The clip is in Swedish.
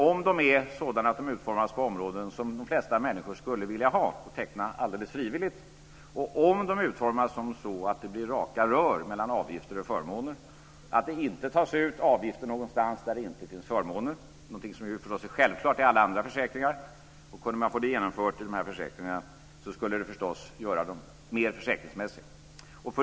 Om de utformas på områden som de flesta människor skulle vilja ha och teckna frivilligt, och om de utformas så att det blir raka rör mellan avgifter och förmåner, att det inte tas ut avgifter någonstans där det inte finns förmåner - någonting som är självklart i alla andra försäkringar - skulle de bli mer försäkringsmässiga.